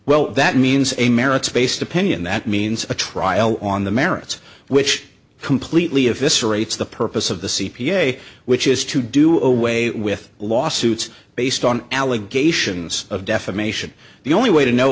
well that means a merits based opinion that means a trial on the merits which completely eviscerates the purpose of the c p a which is to do away with lawsuits based on allegations of defamation the only way to know